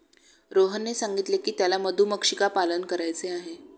रोहनने सांगितले की त्याला मधुमक्षिका पालन करायचे आहे